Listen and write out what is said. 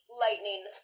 lightning